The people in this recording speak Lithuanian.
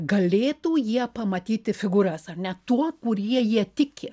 galėtų jie pamatyti figūras ar ne tuo kurie jie tiki